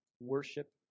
Worship